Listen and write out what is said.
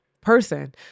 person